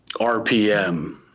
rpm